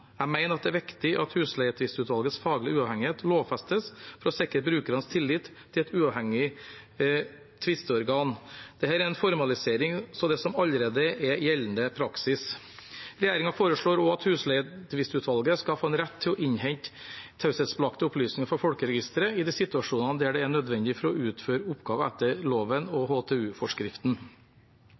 Jeg mener det er viktig at husleietvistutvalgets faglige uavhengighet lovfestes for å sikre brukernes tillit til et uavhengig tvistorgan. Dette er en formalisering av det som allerede er gjeldende praksis. Regjeringen foreslår også at husleietvistutvalget skal få en rett til å innhente taushetsbelagte opplysninger fra Folkeregisteret i de situasjonene der det er nødvendig for å utføre oppgaven etter loven og